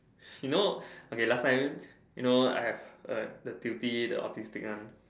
you know okay last time you know I have a the tutee the autistic one